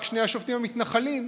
רק שני השופטים המתנחלים,